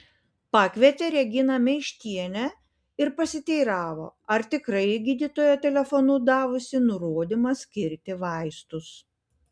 pakvietė reginą meištienę ir pasiteiravo ar tikrai gydytoja telefonu davusi nurodymą skirti vaistus